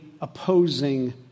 opposing